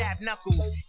knuckles